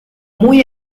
muy